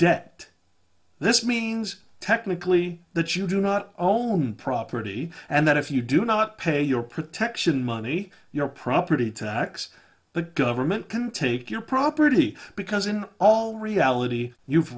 debt this means technically that you do not own property and that if you do not pay your protection money your property tax the government can take your property because in all reality you've